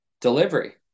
delivery